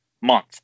month